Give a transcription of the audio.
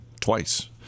twice